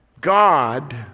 God